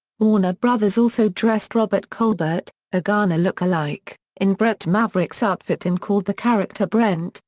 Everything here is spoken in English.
warner brothers also dressed robert colbert, a garner look-alike, in bret maverick's outfit and called the character brent,